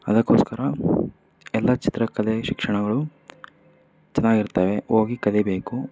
ಅದಕ್ಕೋಸ್ಕರ ಎಲ್ಲ ಚಿತ್ರಕಲೆ ಶಿಕ್ಷಣಗಳು ಚೆನ್ನಾಗಿರ್ತವೆ ಹೋಗಿ ಕಲಿಬೇಕು